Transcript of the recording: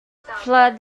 flood